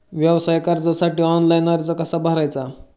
व्यवसाय कर्जासाठी ऑनलाइन अर्ज कसा भरायचा?